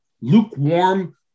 lukewarm